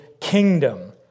kingdom